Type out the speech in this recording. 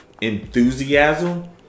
enthusiasm